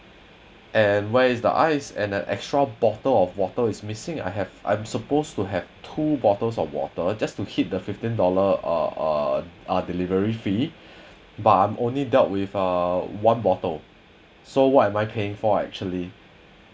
and where is the ice and the extra bottle of water is missing I have I'm suppose to have two bottles of water just to hit the fifteen dollar uh uh ah delivery free but I'm only dealt with uh one bottle so why am I paying for actually